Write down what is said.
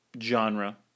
genre